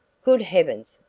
good heavens,